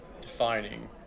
defining